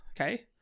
okay